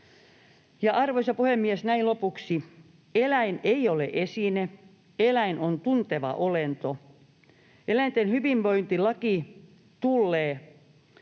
Arvoisa puhemies! Näin lopuksi: Eläin ei ole esine, eläin on tunteva olento. Eläinten hyvinvointilaki tullee